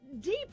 deep